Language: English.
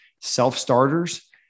self-starters